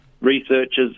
researchers